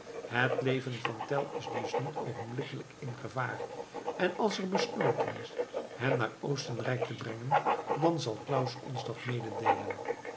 het leven van tell is dus niet oogenblikkelijk in gevaar en als er besloten is hem naar oostenrijk te brengen dan zal claus ons dat mededeelen